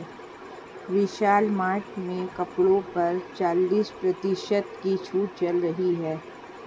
विशाल मार्ट में कपड़ों पर चालीस प्रतिशत की छूट चल रही है